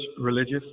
religious